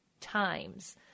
times